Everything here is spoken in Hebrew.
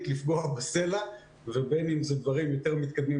לפגוע בסלע ובין אם זה דברים יותר מתקדמים,